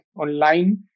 online